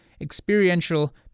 Experiential